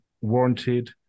warranted